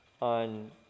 on